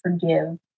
forgive